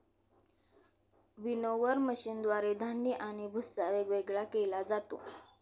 winnower मशीनद्वारे धान्य आणि भुस्सा वेगवेगळा केला जातो